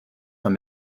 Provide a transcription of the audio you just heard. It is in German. von